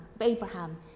Abraham